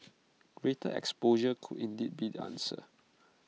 greater exposure could indeed be the answer